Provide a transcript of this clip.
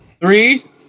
Three